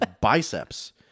biceps